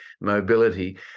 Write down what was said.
mobility